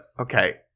Okay